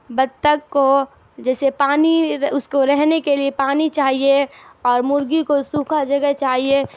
بطخ کو جیسے پانی اس کو رہنے کے لیے پانی چاہیے اور مرغی کو سوکھا جگہ چاہیے